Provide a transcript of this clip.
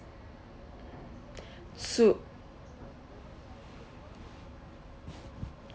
so~